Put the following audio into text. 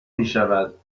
میشود